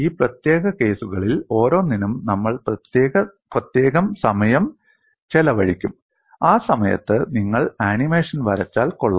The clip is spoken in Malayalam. ഈ പ്രത്യേക കേസുകളിൽ ഓരോന്നിനും നമ്മൾ പ്രത്യേകം സമയം ചെലവഴിക്കും ആ സമയത്ത് നിങ്ങൾ ആനിമേഷൻ വരച്ചാൽ കൊള്ളാം